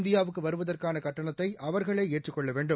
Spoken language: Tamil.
இந்தியாவுக்குவருவதற்கானகட்டணத்தைஅவா்களேஏற்றுக்கொள்ளவேண்டும்